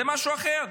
זה משהו אחר.